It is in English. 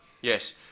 Yes